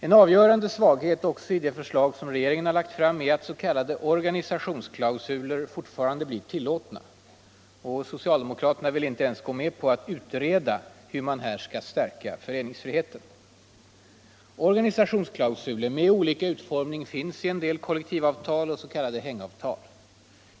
En avgörande svaghet i det förslag som regeringen har lagt fram är att s.k. organisationsklausuler fortfarande blir tillåtna. Socialdemokraterna vill inte ens gå med på att utreda hur man här skall stärka föreningsfriheten. Organisationsklausuler med olika utformning finns i en del kollektivavtal och s.k. hängavtal.